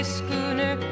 schooner